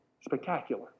spectacular